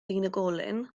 unigolyn